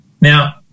Now